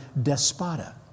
despota